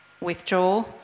withdraw